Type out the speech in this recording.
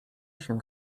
się